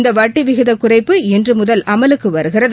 இந்த வட்டி விகிதக் குறைப்பு இன்று முதல் அமலுக்கு வருகிறது